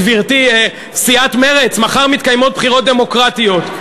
גברתי, סיעת מרצ, מחר מתקיימות בחירות דמוקרטיות.